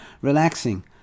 relaxing